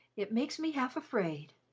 it makes me half afraid.